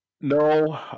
No